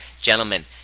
gentlemen